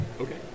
Okay